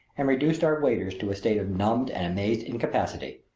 and reduced our waiters to a state of numbed and amazed incapacity.